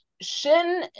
shin